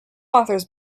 authors